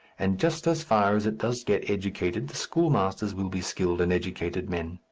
and just as far as it does get educated the schoolmasters will be skilled and educated men.